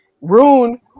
rune